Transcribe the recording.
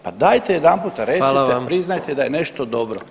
Pa dajte jedanputa recite, [[Upadica: Hvala vam.]] priznajte da je nešto dobro.